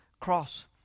cross